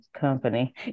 company